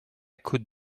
could